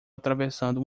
atravessando